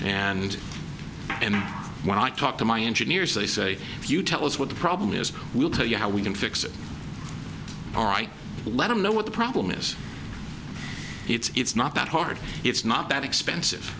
and when i talk to my engineers they say if you tell us what the problem is we'll tell you how we can fix it all right let them know what the problem is it's it's not that hard it's not that expensive